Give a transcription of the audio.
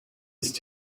ist